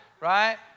right